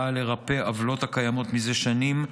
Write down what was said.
באה לרפא עוולות הקיימות זה שנים,